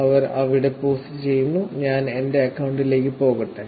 അവർ അവിടെ പോസ്റ്റ് ചെയ്യുന്നു ഞാൻ എന്റെ അക്കൌണ്ടിലേക്ക് പോകട്ടെ